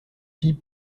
fille